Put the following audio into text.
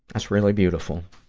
that's really beautiful.